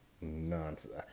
nonsense